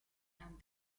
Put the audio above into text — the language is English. and